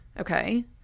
okay